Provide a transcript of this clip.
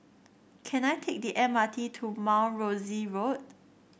can I take the M R T to Mount Rosie Road